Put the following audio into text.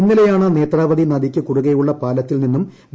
ഇന്നലെയാണ് നേത്രാവതി നദിയ്ക്ക് കുറുകെയുള്ള പാലത്തിൽ നിന്നും വി